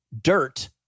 dirt